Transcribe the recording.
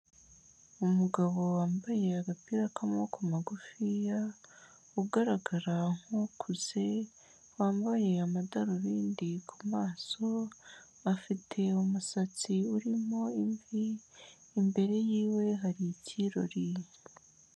Umugabo wambaye agapira k'amaboko magufiya, ugaragara nk'ukuze, wambaye amadarubindi ku maso, afite umusatsi urimo imvi, imbere yiwe hari ikirori.